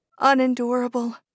Unendurable